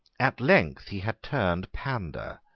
at length he had turned pandar,